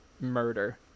murder